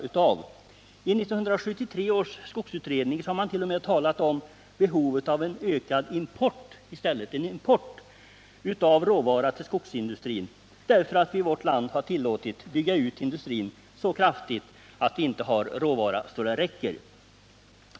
1973 års skogsutredning talade t.o.m. om behovet av en ökad import av råvara till skogsindustrin, därför att vi i vårt land tillåtit en så kraftig utbyggnad av industrin att råvaran inte räcker.